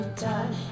time